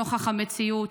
נוכח המציאות.